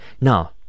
now